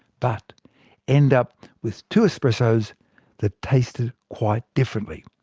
but end up with two espressos that tasted quite differently.